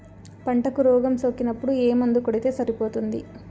పంటకు రోగం సోకినపుడు ఏ మందు కొడితే సరిపోతుంది?